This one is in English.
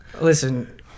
Listen